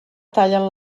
tallen